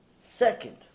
Second